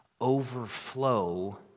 overflow